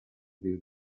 this